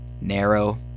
narrow